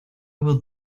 will